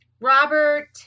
Robert